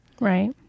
right